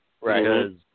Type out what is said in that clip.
Right